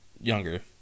younger